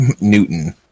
Newton